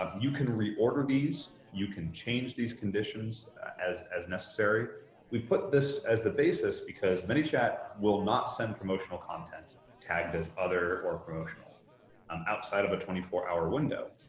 um you can reorder these you can change these conditions as as necessary. we put this as the basis because manychat will not send promotional content tagged as other or promotion um outside of the twenty four hour window.